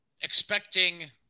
expecting